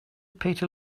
peter